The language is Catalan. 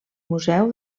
museu